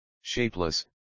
Shapeless